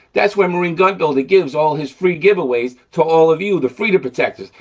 that's where marine gun builder gives all his free giveaways to all of you, the freedom protectors.